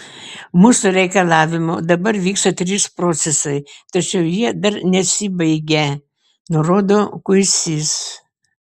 mūsų reikalavimu dabar vyksta trys procesai tačiau jie dar nesibaigę nurodo kuisys